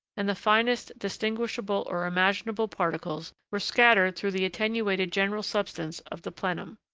and the finest distinguishable, or imaginable, particles were scattered through the attenuated general substance of the plenum.